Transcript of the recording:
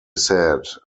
said